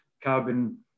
carbon